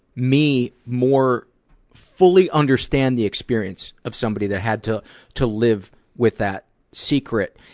me more fully understand the experience of somebody that had to to live with that secret,